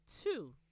two